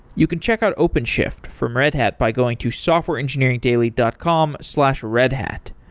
you can check out openshift from red hat by going to softwareengineeringdaily dot com slash redhat.